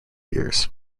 years